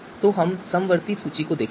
तो हम समवर्ती मैट्रिक्स को देख सकते हैं